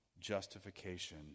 justification